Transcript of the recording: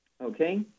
Okay